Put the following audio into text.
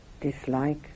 Dislike